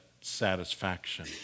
satisfaction